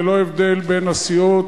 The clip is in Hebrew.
ללא הבדל בין הסיעות,